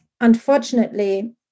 unfortunately